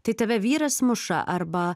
tai tave vyras muša arba